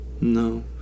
no